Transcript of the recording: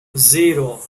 zero